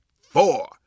four